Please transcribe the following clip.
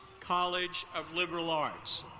college of liberal arts.